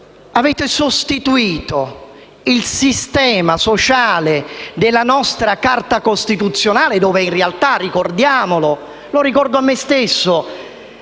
Avete sostituito il sistema sociale della nostra Carta costituzionale, che in realtà - lo ricordo a me stesso